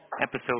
episode